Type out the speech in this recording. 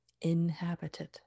inhabited